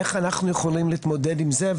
איך אנחנו יכולים להתמודד עם זה,